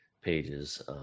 pages